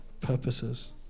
purposes